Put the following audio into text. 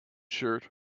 shirt